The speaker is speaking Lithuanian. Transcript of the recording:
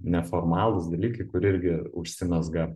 neformalūs dalykai kur irgi užsimezga